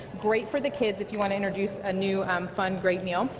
great for the kids if you want to introduce a new um fun great meal.